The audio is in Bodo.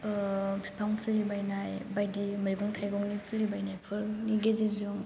ओह फिफां फुलि बानाय बायदि मैगं थाइगंनि फुलि बानायफोरनि गेजेरजों